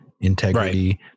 integrity